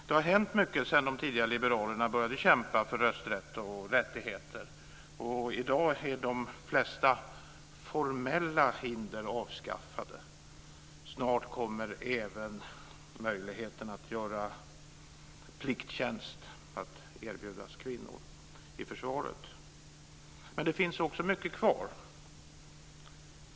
Det har hänt mycket sedan de tidiga liberalerna började kämpa för rösträtt och andra rättigheter, och i dag är de flesta formella hinder avskaffade. Snart kommer även möjligheten att göra plikttjänst att erbjudas kvinnor i försvaret. Men det finns också mycket kvar att göra.